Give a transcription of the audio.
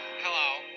Hello